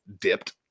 dipped